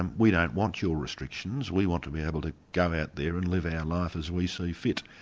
and we don't want your restrictions, we want to be able to go out there and live our life as we see fit.